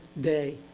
day